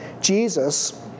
Jesus